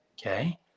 Okay